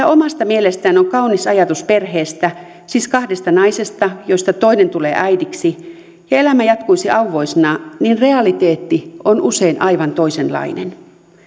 omasta mielestään on kaunis ajatus perheestä siis kahdesta naisesta joista toinen tulee äidiksi ja elämä jatkuisi auvoisena niin realiteetti on usein aivan toisenlainen